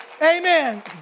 Amen